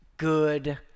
good